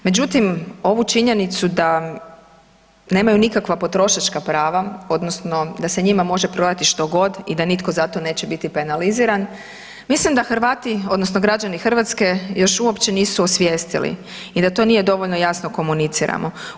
Međutim, ovu činjenicu da nemaju nikakva potrošačka prava odnosno da se njima može prodati što god i da nitko za to neće biti penaliziran, mislim da Hrvati odnosno građani Hrvatske još uopće nisu osvijestili i da to nije dovoljno jasno komunicirano.